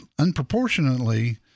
unproportionately